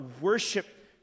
worship